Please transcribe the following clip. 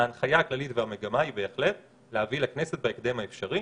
ההנחיה הכללית והמגמה הן בהחלט להביא לכנסת בהקדם האפשרי.